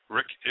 Rick